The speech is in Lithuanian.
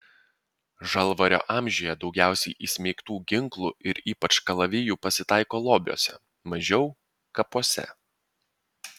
žalvario amžiuje daugiausiai įsmeigtų ginklų ir ypač kalavijų pasitaiko lobiuose mažiau kapuose